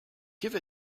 give